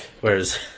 Whereas